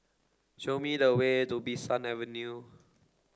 show me the way to Bee San Avenue